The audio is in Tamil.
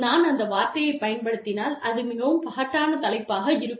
நான் அந்த வார்த்தையைப் பயன்படுத்தினால் அது மிகவும் பகட்டான தலைப்பாக இருக்கும்